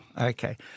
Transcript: Okay